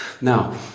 Now